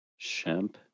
Shemp